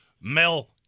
Mel